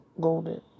Golden